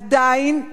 עדיין,